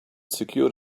secured